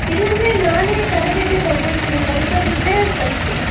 ಇಲ್ಲ ಅಂದರೆ ನಾನೇ ತರಬೇತಿ ತೊಗೊಳ್ತೀನಿ ಕಳಿಸೋದಿದ್ರೆ ಕಳಿಸಿ